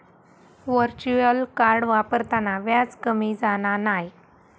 virtual card वापरताना व्याज कमी जाणा नाय